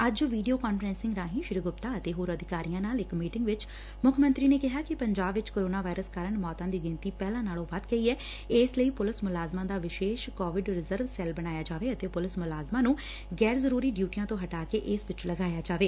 ਅੱਜ video conferencing ਰਾਹੀ ਸ੍ਰੀ ਗੁਪਤਾ ਅਤੇ ਹੋਰ ਅਧਿਕਾਰੀਆਂ ਨਾਲ ਇਕ ਮੀਟਿੰਗ ਵਿਚ ਮੁੱਖ ਮੰਤਰੀ ਨੇ ਕਿਹਾ ਕਿ ਪੰਜਾਬ ਵਿਚ ਕੋਰੋਨਾ ਵਾਇਰਸ ਕਾਰਨ ਮੌਤਾਂ ਦੀ ਗਿਣਤੀ ਪਹਿਲਾਂ ਨਾਲੋਂ ਵੱਧ ਗਈ ਐ ਇਸ ਲਈ ਪੁਲਿਸ ਮੁਲਾਜ਼ਮਾਂ ਦਾ ਵਿਸ਼ੇਸ਼ ਕੋਵਿਡ ਰਿਜ਼ਰਵ ਸੈੱਲ ਬਣਾਇਆ ਜਾਵੇ ਅਤੇ ਪੁਲਿਸ ਮੁਲਾਜ਼ਮਾਂ ਨੂੰ ਗੈਰ ਜਰੂਰੀ ਡਿਊਟੀਆਂ ਤੋ ਹਟਾਕੇ ਇਸ ਵਿਚ ਲਗਾਇਆ ਜਾਵੇ